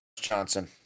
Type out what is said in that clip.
Johnson